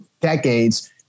decades